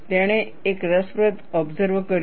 તેણે એક રસપ્રદ ઓબસર્વ કર્યું